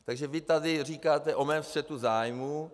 Takže vy tady říkáte o mém střetu zájmů.